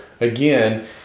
again